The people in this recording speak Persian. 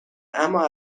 اما